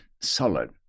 solid